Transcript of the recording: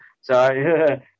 sorry